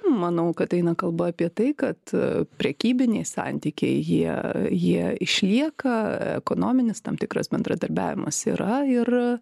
manau kad eina kalba apie tai kad prekybiniai santykiai jie jie išlieka ekonominis tam tikras bendradarbiavimas yra ir